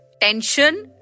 tension